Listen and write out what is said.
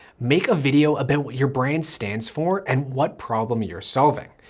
make a video about what your brain stands for and what problem you're solving.